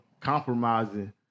compromising